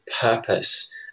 purpose